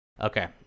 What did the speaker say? Okay